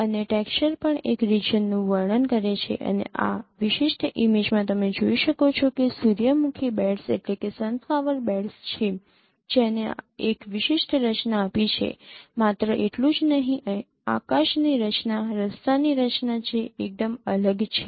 અને ટેક્સચર પણ એક રિજિયનનું વર્ણન કરે છે અને આ વિશિષ્ટ ઇમેજમાં તમે જોઈ શકો છો કે સૂર્યમુખી બેડસ છે જેણે એક વિશિષ્ટ રચના આપી છે માત્ર એટલું જ નહીં આકાશની રચના રસ્તાની રચના જે એકદમ અલગ છે